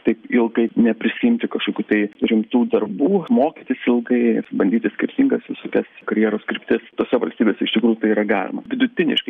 taip ilgai neprisiimti kažkokių tai rimtų darbų mokytis ilgai bandyti skirtingas visokias karjeros kryptis tose valstybėse iš tikrųjų tai yra galima vidutiniškai